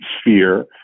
sphere